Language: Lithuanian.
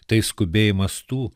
tai skubėjimas tų